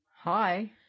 Hi